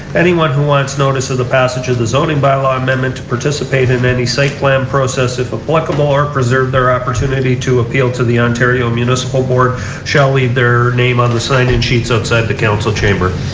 anyone who wants notice of the package of the zoning by-law amendment to participate in any site plan process if applicable or preserve their opportunity to appeal to the ontario municipal board shall leave their name on the sign in sheets outside the council chamber.